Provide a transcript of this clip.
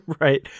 Right